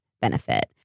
benefit